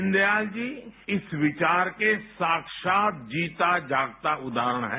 दीनदयाल जी इस विचार के साक्षात जीता जागता उदाहरण हैं